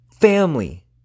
family